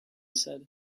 said